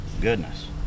goodness